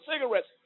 cigarettes